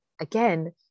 again